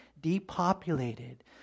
depopulated